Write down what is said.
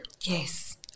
Yes